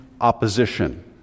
opposition